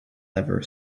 never